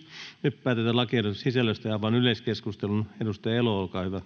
vp. Nyt päätetään lakiehdotuksen sisällöstä. — Avaan yleiskeskustelun. Edustaja Purra, olkaa hyvä.